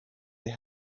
they